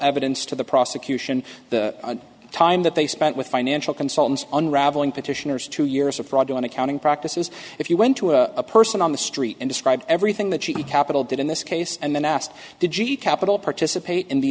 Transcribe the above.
evidence to the prosecution the time that they spent with financial consultants unraveling petitioners two years of fraud on accounting practices if you went to a person on the street and described everything that she capital did in this case and then asked did g e capital participate in the